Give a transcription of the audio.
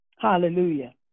Hallelujah